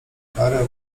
karę